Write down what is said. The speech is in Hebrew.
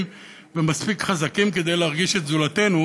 ומספיק חזקים כדי להרגיש את זולתנו,